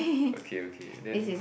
okay okay then